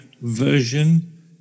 version